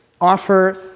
offer